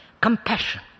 compassion